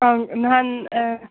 ꯅꯍꯥꯟ